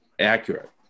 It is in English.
accurate